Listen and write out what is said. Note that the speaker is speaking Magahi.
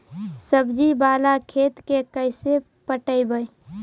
सब्जी बाला खेत के कैसे पटइबै?